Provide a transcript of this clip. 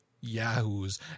yahoos